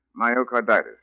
Myocarditis